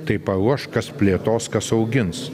tai paruoš kas plėtos kas augins